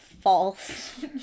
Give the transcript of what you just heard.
false